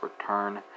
return